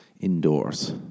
indoors